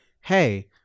hey